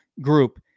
group